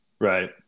Right